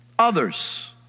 Others